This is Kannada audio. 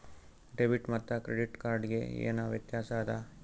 ಡೆಬಿಟ್ ಮತ್ತ ಕ್ರೆಡಿಟ್ ಕಾರ್ಡ್ ಗೆ ಏನ ವ್ಯತ್ಯಾಸ ಆದ?